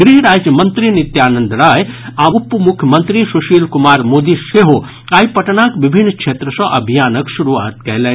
गृह राज्य मंत्री नित्यानंद राय आ उपमुख्यमंत्री सुशील कुमार मोदी सेहो आइ पटनाक विभिन्न क्षेत्र सॅ अभियानक शुरूआत कयलनि